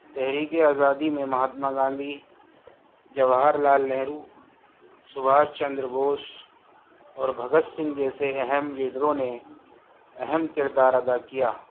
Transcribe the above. تحریک آزادی میں مہاتما گاندھی جواہر لال نہرو سبھاس چندر بوس اور بھگت سنگھ جیسے اہم لیڈروں نے اہم کردار ادا کیا